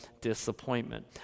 disappointment